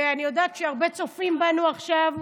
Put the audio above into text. ואני יודעת שהרבה צופים בנו עכשיו.